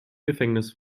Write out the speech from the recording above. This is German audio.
gefängnis